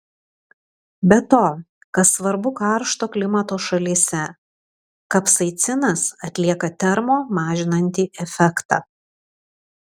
be to kas svarbu karšto klimato šalyse kapsaicinas atlieka termo mažinantį efektą